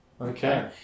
Okay